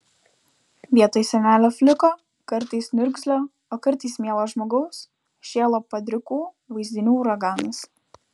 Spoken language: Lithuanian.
vietoj senelio fliko kartais niurgzlio o kartais mielo žmogaus šėlo padrikų vaizdinių uraganas